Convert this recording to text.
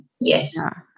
Yes